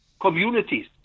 Communities